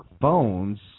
phones